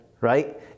right